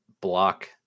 block